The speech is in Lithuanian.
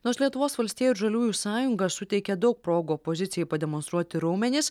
nors lietuvos valstiejų ir žaliųjų sąjunga suteikė daug progų opozicijai pademonstruoti raumenis